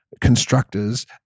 constructors